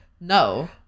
No